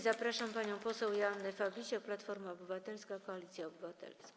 Zapraszam panią poseł Joannę Fabisiak, Platforma Obywatelska - Koalicja Obywatelska.